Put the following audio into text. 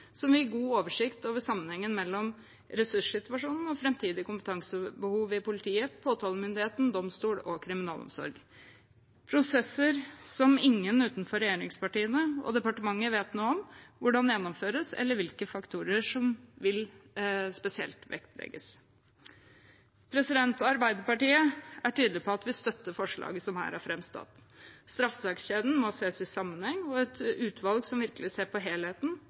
som vil gi god oversikt over sammenhengen mellom ressurssituasjonen og framtidig kompetansebehov i politiet, påtalemyndigheten, domstol og kriminalomsorg – prosesser som ingen utenfor regjeringspartiene og departementene vet noe om hvordan gjennomføres, eller hvilke faktorer som vil vektlegges spesielt. Arbeiderpartiet er tydelig på vi støtter forslaget som her er framsatt. Straffesakskjeden må ses i sammenheng, og et utvalg som virkelig ser på helheten,